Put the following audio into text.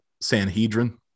Sanhedrin